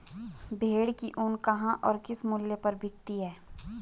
भेड़ की ऊन कहाँ और किस मूल्य पर बिकती है?